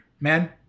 man